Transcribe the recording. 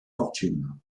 fortune